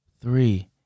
Three